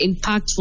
impactful